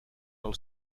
del